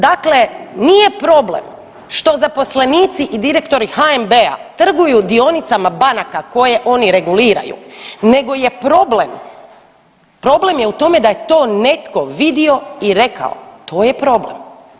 Dakle, nije problem što zaposlenici i direktori HNB-a trguju dionicama banka koje oni reguliraju nego je problem, problem je u tome da je to netko vidio i rekao, to je problem.